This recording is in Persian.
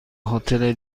هتل